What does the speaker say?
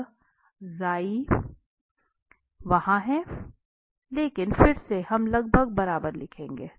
यह वहाँ है लेकिन फिर से हम लगभग बराबर लिखेंगे